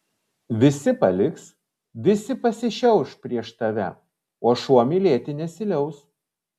visi paliks visi pasišiauš prieš tave o šuo mylėti nesiliaus